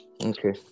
Okay